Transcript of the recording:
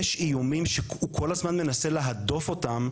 יש איומים שהוא כל הזמן מנסה להדוף אותם,